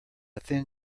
thin